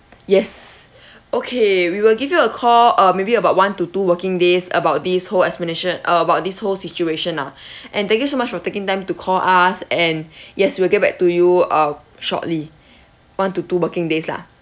yes okay we will give you a call uh maybe about one to two working days about this whole explanation uh about this whole situation ah and thank you so much for taking time to call us and yes we'll get back to you uh shortly one to two working days lah